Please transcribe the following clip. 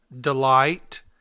Delight